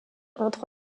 entre